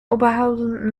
oberhausen